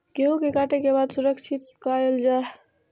गेहूँ के काटे के बाद सुरक्षित कायल जाय?